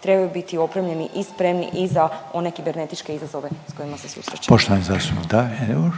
trebaju biti opremljeni i spremni i za one kibernetičke izazove s kojima se susrećemo. **Reiner, Željko